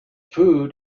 food